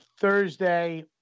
Thursday